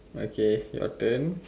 okay your turn